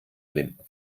blinden